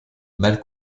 mal